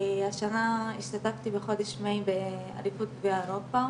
השנה השתתפתי בחודש מאי באליפות באירופה,